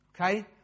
Okay